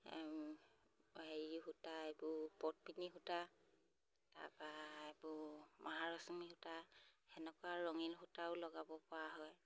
হেৰি সূতা এইবোৰ পদ্মিণী সূতা তাপা এইবোৰ মহাৰশ্মি সূতা সেনেকুৱা ৰঙীণ সূতাও লগাব পৰা হয়